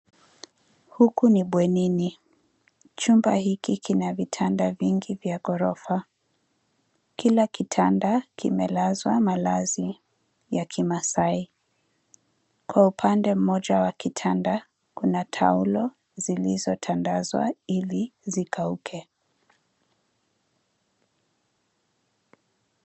Huku ni bwenini. Chumba hiki kina vitanda vingi vya ghorofa . Kila kitanda kimelazwa malazi ya kimaasai. Kwa upande mmoja wa kitanda, kuna taulo zilizotandazwa ili zikauke.